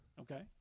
Okay